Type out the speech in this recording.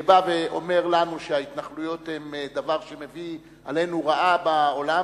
בא ואומר לנו שההתנחלויות הן דבר שמביא עלינו רעה בעולם,